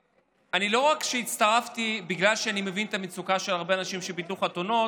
ולא הצטרפתי רק בגלל שאני מבין את המצוקה של הרבה אנשים שביטלו חתונות,